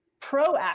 proactive